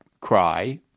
cry